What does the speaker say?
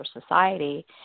society